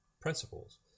principles